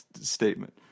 statement